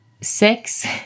six